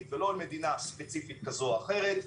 ולא על מדינה ספציפית כזו או אחרת,